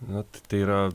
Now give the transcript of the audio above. nat tai yra